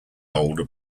older